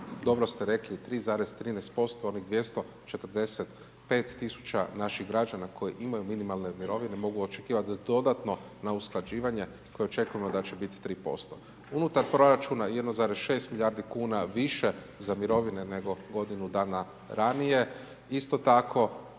dobro ste rekli, 3,13% onih 245 tisuća naših građana koji imaju minimalne mirovine, mogu očekivati dodatno na usklađivanje koje očekujemo da će biti 3%. Unutar proračuna 1,6 milijardi kn, više za mirovine nego godinu dana ranije.